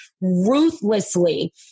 ruthlessly